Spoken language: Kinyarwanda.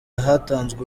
hatanzwe